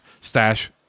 stash